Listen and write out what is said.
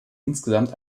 insgesamt